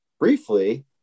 briefly